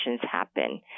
happen